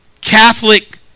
Catholic